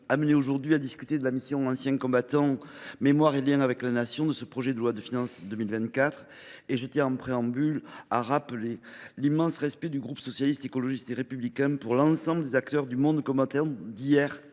amenés à discuter de la mission « Anciens combattants, mémoire et liens avec la Nation » de ce projet de loi de finances pour 2024. Je tiens en préambule à rappeler l’immense respect du groupe Socialiste, Écologiste et Républicain pour l’ensemble des acteurs du monde combattant d’hier